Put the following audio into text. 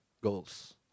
goals